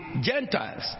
Gentiles